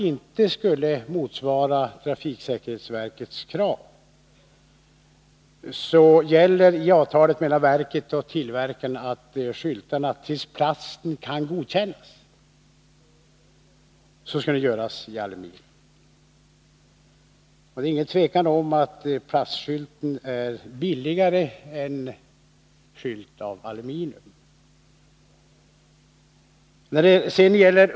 I avtalet mellan trafiksäkerhetsverket och tillverkaren sägs nämligen att om skyltarna inte skulle motsvara verkets krav, så skall de tillverkas av aluminium tills plasten kan godkännas. Men det är inget tvivel om att plastskyltar blir billigare än aluminiumskyltar.